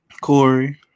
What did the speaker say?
Corey